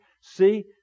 See